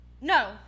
No